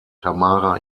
tamara